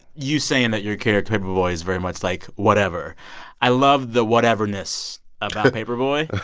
you saying that your character, paper boi, is very much like, whatever i love the whateverness about paper boi.